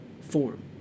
form